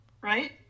right